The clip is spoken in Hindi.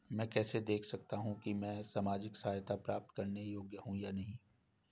मैं कैसे देख सकता हूं कि मैं सामाजिक सहायता प्राप्त करने योग्य हूं या नहीं?